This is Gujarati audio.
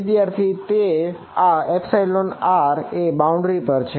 વિદ્યાર્થી તેથી આ r એ બાઉન્ડ્રી પર છે